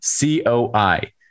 COI